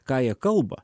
ką jie kalba